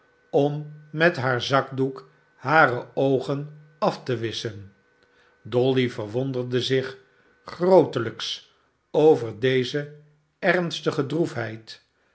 om met haar zakdoek hare oogen af te wisschen dolly verwonderde zich grootelijks over deze ernstige